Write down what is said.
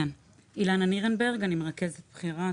מרכזת בכירה,